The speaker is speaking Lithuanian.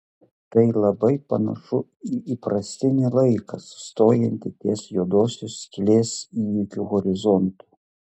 tai labai panašu į įprastinį laiką sustojantį ties juodosios skylės įvykių horizontu